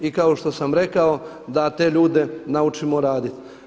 I kao što sam rekao da te ljude naučimo raditi.